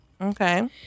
Okay